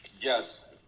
Yes